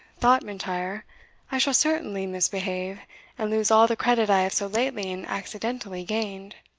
thought m'intyre i shall certainly misbehave, and lose all the credit i have so lately and accidentally gained.